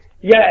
yes